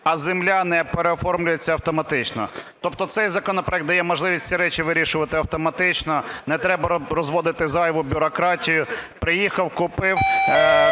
а земля не переоформлюється автоматично. Тобто цей законопроект дає можливість ці речі вирішувати автоматично. Не треба розводити зайву бюрократію. Приїхав, купив